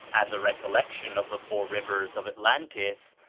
as a recollection of the four rivers of atlantis,